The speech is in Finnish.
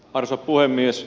arvoisa puhemies